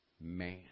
man